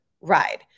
ride